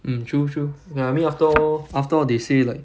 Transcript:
mm true true ya I mean after all after all they say like